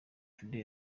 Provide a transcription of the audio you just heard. today